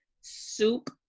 soup